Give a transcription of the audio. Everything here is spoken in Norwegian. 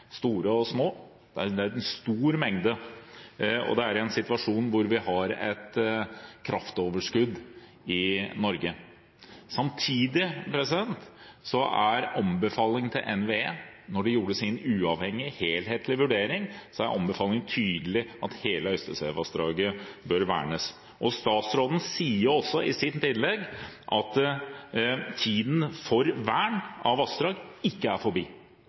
store og små. Det er en stor mengde, og det i en situasjon hvor vi har et kraftoverskudd i Norge. Samtidig er anbefalingen fra NVE, da de gjorde sin uavhengige, helhetlige vurdering, tydelig: Hele Øystesevassdraget bør vernes. Statsråden sier også i sitt innlegg at tiden for vern av vassdrag ikke er forbi.